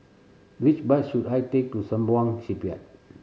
which bus should I take to Sembawang Shipyard